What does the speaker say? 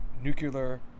nuclear